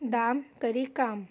दाम करी काम